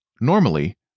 Normally